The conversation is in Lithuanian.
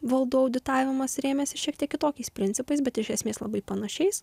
valdų auditavimas rėmėsi šiek tiek kitokiais principais bet iš esmės labai panašiais